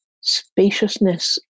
spaciousness